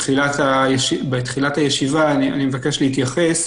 בתחילת הישיבה אני מבקש להתייחס.